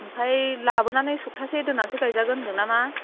ओमफ्राय लाबोनानै सफ्थासे दोननानैसो गायजागोन होनदों नामा